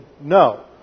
No